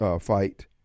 fight